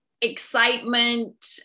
excitement